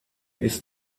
ist